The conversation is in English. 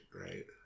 right